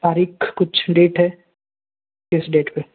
तारीख़ कुछ डेट है किस डेट पर